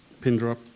Pindrop